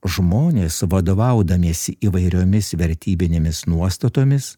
žmonės vadovaudamiesi įvairiomis vertybinėmis nuostatomis